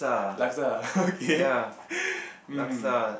laksa ah okay um